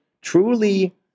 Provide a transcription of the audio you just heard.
truly